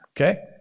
Okay